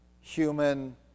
human